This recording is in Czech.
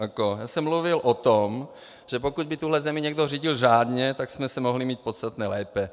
Já jsem mluvil o tom, že pokud by tuhle zemi někdo řídil řádně, tak jsme se mohli mít podstatně lépe.